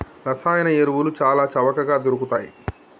రసాయన ఎరువులు చాల చవకగ దొరుకుతయ్